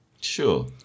sure